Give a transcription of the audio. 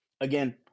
again